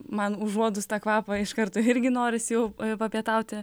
man užuodus tą kvapą iš karto irgi norisi jau papietauti